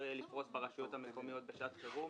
יהיה לפרוס ברשויות המקומיות בשעת חירום,